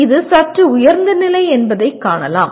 இது சற்று உயர்ந்த நிலை என்பதை காணலாம்